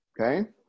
Okay